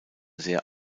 sehr